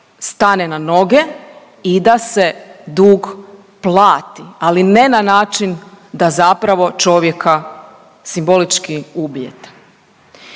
stane na noge i da se dug plati, ali ne na način da zapravo čovjeka simbolički ubijete.